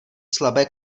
slabé